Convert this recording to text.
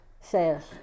says